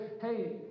hey